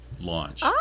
launch